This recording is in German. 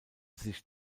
sich